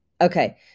Okay